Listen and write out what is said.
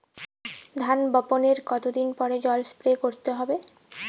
ধান বপনের কতদিন পরে জল স্প্রে করতে হবে?